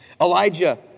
Elijah